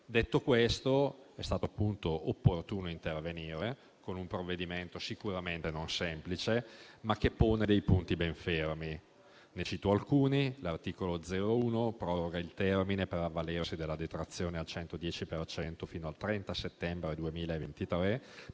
Detto questo, è stato appunto opportuno intervenire, con un provvedimento sicuramente non semplice, ma che pone dei punti ben fermi. Ne cito alcuni: l'articolo 01 proroga il termine per avvalersi della detrazione al 110 per cento fino al 30 settembre 2023,